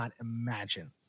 imagine